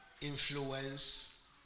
influence